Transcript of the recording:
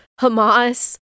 Hamas